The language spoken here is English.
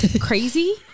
crazy